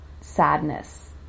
sadness